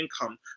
income